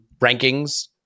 rankings